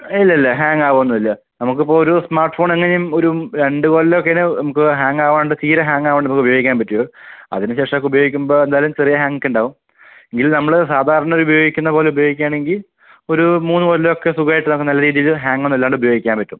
ഇല്ലില്ല ഹാങ്ങാവൊന്നുമില്ല നമുക്കിപ്പൊരു സ്മാർട്ട് ഫോൺ എങ്ങനെയും ഒരു രണ്ട് കൊല്ലമൊക്കെയാണ് നമുക്ക് ഹാങ്ങാവാണ്ട് തീരെ ഹാങ്ങാവാണ്ട് ഇപ്പോൾ ഉപയോഗിക്കാൻ പറ്റും അതിനുശേഷമൊക്കെ ഉപയോഗിക്കുമ്പോൾ എന്തായാലും ചെറിയ ഹാങ്ങൊക്കെ ഉണ്ടാകും എങ്കിലും നമ്മൾ സാധാരണ ഉപയോഗിക്കുന്ന പോലെ ഉപയോഗിക്കുകയാണെങ്കിൽ ഒരു മൂന്ന് കൊല്ലമൊക്കെ സുഖമായിട്ട് നമുക്ക് നല്ല രീതിയിൽ ഹാങ്ങൊന്നും ഇല്ലാണ്ട് ഉപയോഗിക്കാൻ പറ്റും